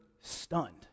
stunned